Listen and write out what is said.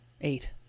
Eight